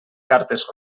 cartes